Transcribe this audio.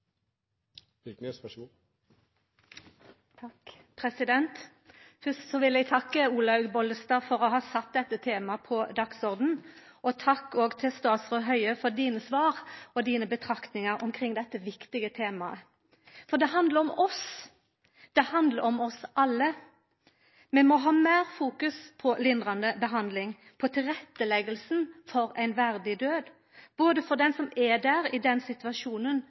takk òg til statsråd Høie for svaret hans og synspunkta hans på dette viktige temaet, for det handlar om oss, det handlar om oss alle. Vi må fokusera meir på lindrande behandling, på tilrettelegginga for ein verdig død, både for den som er i situasjonen, og for dei pårørande. I